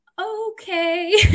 okay